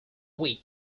weak